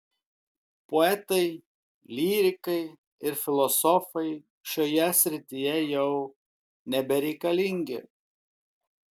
poetai lyrikai ir filosofai šioje srityje jau nebereikalingi